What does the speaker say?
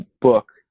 book